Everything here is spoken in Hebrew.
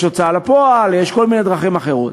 יש הוצאה לפועל, יש כל מיני דרכים אחרות.